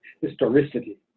historicity